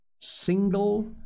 single